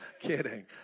Kidding